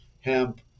hemp